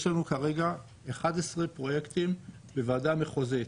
יש לנו כרגע 11 פרויקטים בוועדה מחוזית